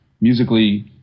musically